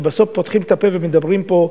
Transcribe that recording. בסוף פותחים את הפה ומדברים פה,